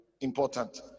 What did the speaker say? important